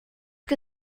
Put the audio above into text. que